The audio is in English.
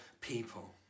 people